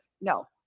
No